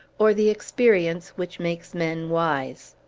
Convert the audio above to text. or the experience which makes men wise.